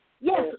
Yes